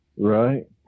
right